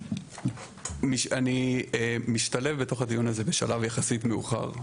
אני משתלב בתוך הדיון הזה בשלב יחסית מאוחר.